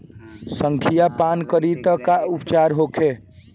संखिया पान करी त का उपचार होखे?